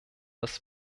das